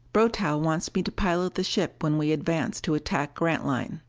brotow wants me to pilot the ship when we advance to attack grantline.